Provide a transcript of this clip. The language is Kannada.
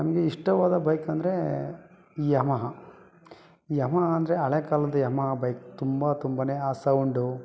ನಮಗೆ ಇಷ್ಟವಾದ ಬೈಕ್ ಅಂದರೆ ಯಮಹ ಯಮಹ ಅಂದರೆ ಹಳೆ ಕಾಲದ ಯಮಹ ಬೈಕ್ ತುಂಬ ತುಂಬನೇ ಆ ಸೌಂಡು